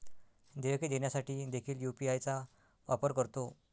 देयके देण्यासाठी देखील यू.पी.आय चा वापर करतो